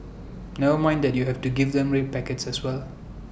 never mind that you have to give them red packets as well